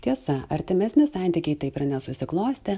tiesa artimesni santykiai taip ir nesusiklostė